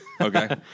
Okay